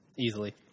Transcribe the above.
easily